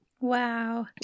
Wow